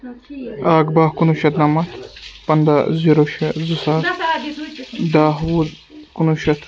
اکھ بَہہ کُنہٕ وُہ شَتھ نَمَتھ پَنٛداہ زیٖرو شےٚ زٕ ساس دَہ وُہ کُنہٕ وُہ شَتھ